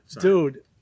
dude